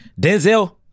Denzel